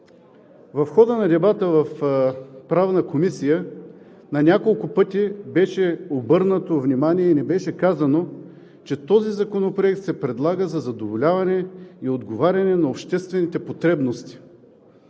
В хода на дебата в Правната комисия на няколко пъти ни беше обърнато внимание и казано, че този законопроект се предлага за задоволяване и отговаряне на обществените потребности,